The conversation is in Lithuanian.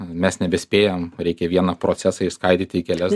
mes nebespėjam reikia vieną procesą išskaidyti į kelias